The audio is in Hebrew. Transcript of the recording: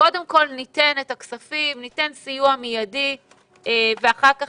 קודם כל ניתן את הכספים, ניתן סיוע מיידי ואחר כך